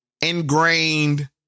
ingrained